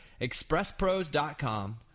expresspros.com